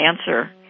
answer